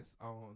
on